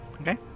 Okay